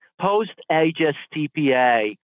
post-HSTPA